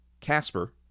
Casper